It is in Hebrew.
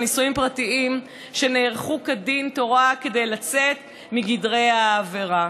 נישואים פרטיים שנערכו כדין תורה כדי לצאת מגדרי העבירה.